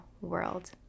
world